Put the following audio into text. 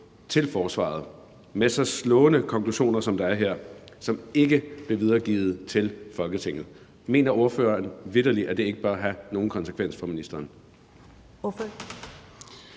til forsvaret med så slående konklusioner, som der er her, og som ikke blev videregivet til Folketinget, mener ordføreren så vitterlig, at det ikke bør have nogen konsekvenser for ministeren?